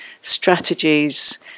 strategies